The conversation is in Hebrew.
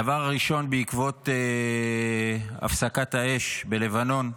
הדבר הראשון, בעקבות הפסקת האש בלבנון,